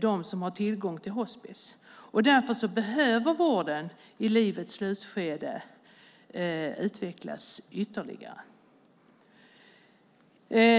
dem som har tillgång till hospis. Därför behöver vården i livets slutskede utvecklas ytterligare.